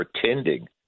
pretending